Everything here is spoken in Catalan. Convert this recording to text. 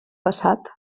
passat